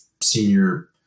senior